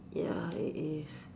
ya it is